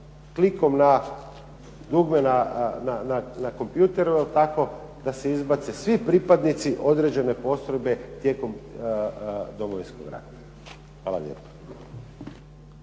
klikom na dugme na kompjuteru da se izbace svi pripadnici određene postrojbe tijekom Domovinskog rata. Hvala lijepo.